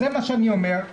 זה מה שאני אומר.